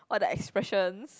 or the expressions